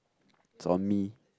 it's on me